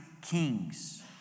kings